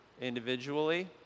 individually